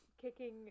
kicking